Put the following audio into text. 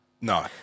No